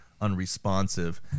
unresponsive